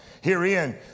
Herein